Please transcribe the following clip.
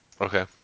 Okay